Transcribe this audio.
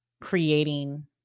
creating